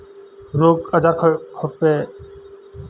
ᱨᱳᱜᱽ ᱟᱡᱟᱨ ᱠᱷᱚᱱᱯᱮ